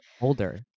older